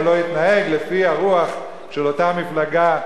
או לא יתנהג לפי הרוח של אותה מפלגה,